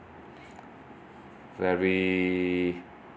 very